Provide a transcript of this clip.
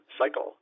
cycle